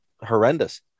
horrendous